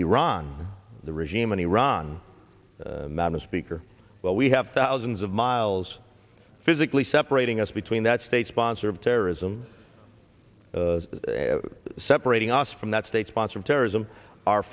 iran the regime in iran madam speaker well we have thousands of miles physically separating us between that state sponsor of terrorism separating us from that state sponsor of terrorism our